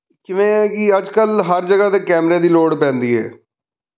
ਜਿਵੇਂ ਹੈ ਕਿ ਅੱਜ ਕੱਲ੍ਹ ਹਰ ਜਗ੍ਹਾ 'ਤੇ ਕੈਮਰੇ ਦੀ ਲੋੜ ਪੈਂਦੀ ਹੈ